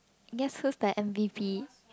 guess who's the M_V_P